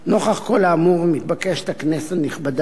נוכח כל האמור, מתבקשת הכנסת הנכבדה